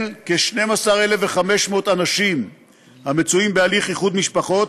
כ-12,500 אנשים המצויים בהליך איחוד משפחות,